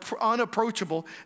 unapproachable